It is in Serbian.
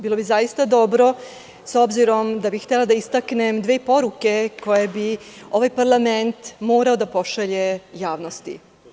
Bilo bi zaista dobro, s obzirom da bih htela da istaknem dve poruke koje bi ovaj parlament morao da pošalje javnosti.